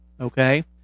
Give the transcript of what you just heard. okay